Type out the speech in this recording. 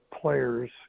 players